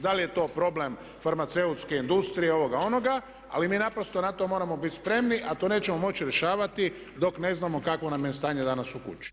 Da li je to problem farmaceutske industrije, ovoga, onoga, ali mi naprosto na to moramo bit spremni, a to nećemo moći rješavati dok ne znamo kakvo nam je stanje danas u kući.